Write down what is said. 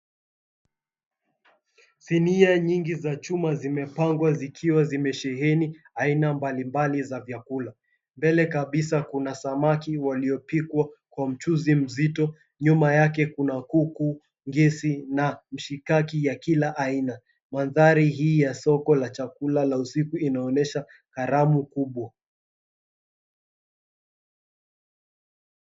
Sinia nyingi za chuma zimepangwa zikiwa zimesheheni aina mbali mbali za vyakula. Mbele kabisa kuna samaki waliopikwa kwa mchuzi mzito. Nyuma yake kuna kuku, ngezi na mshikaki ya kila aina. Mandhari hii ya soko la chakula ya usiku inaonyesha karamu kubwa.